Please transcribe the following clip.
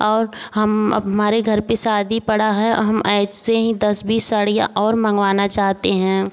और हम हमारे घर पे शादी पड़ा है हम ऐसे ही दस बीस साड़ियाँ और मंगवाना चाहती हैं